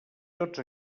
tots